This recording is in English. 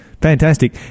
fantastic